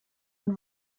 und